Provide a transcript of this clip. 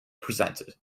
presented